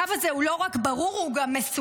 הקו הזה הוא לא רק ברור, הוא גם מסוכן.